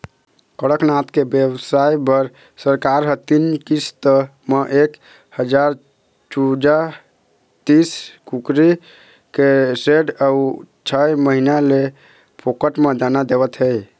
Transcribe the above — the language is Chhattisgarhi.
कड़कनाथ के बेवसाय बर सरकार ह तीन किस्त म एक हजार चूजा, तीस कुकरी के सेड अउ छय महीना ले फोकट म दाना देवत हे